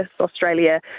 Australia